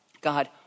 God